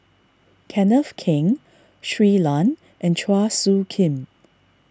Kenneth Keng Shui Lan and Chua Soo Khim